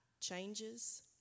changes